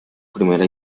primera